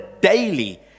daily